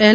L